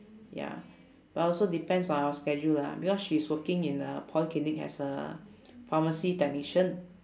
ya but also depends on our schedule lah because she's working in a polyclinic as a pharmacy technician